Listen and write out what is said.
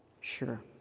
Sure